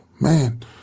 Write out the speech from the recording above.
man